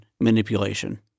manipulation